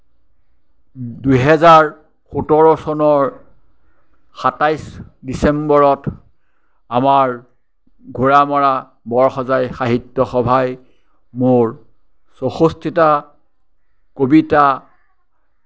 দুহেজাৰ সোতৰ চনৰ সাতাইশ ডিচেম্বৰত আমাৰ ঘোৰামৰা বৰসজাই সাহিত্য সভাই মোৰ চৌষষ্ঠিটা কবিতা